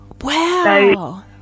Wow